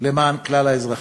למען כלל האזרחים.